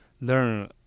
learn